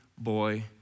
boy